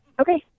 Okay